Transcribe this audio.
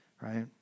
right